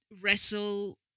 wrestle